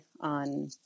on